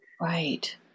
Right